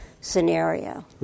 scenario